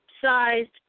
sized